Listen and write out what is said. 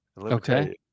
Okay